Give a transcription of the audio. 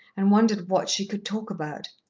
and wondered what she could talk about.